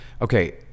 Okay